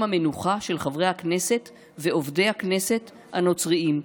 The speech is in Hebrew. המנוחה של חברי הכנסת ועובדי הכנסת הנוצרים,